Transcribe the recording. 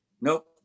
nope